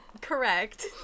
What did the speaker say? correct